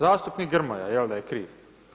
Zastupnik Grmoja, jel' da je kriv?